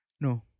No